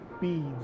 beads